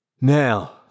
Now